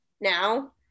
now